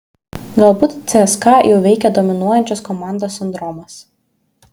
galbūt cska jau veikia dominuojančios komandos sindromas